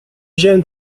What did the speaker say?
wziąłem